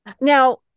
Now